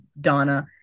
donna